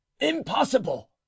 impossible